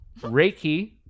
Reiki